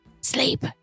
sleep